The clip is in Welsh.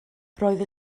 roedd